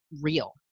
real